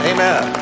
Amen